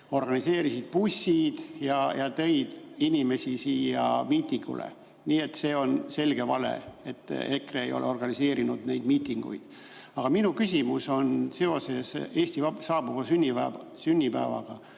organiseerisid bussid ja tõid inimesi miitingule. Nii et see on selge vale, et EKRE ei ole organiseerinud neid miitinguid. Aga minu küsimus on seoses Eesti saabuva sünnipäevaga.